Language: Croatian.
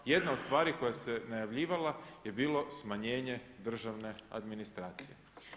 Jedna od stvari koja se najavljivala je bilo smanjenje državne administracije.